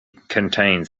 contains